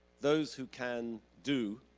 those who can, do.